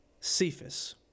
Cephas